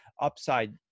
upside